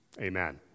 amen